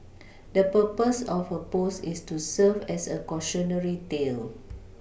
the purpose of her post is to serve as a cautionary tale